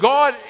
God